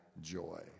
joy